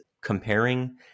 comparing